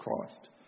Christ